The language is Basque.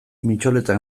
mitxoletak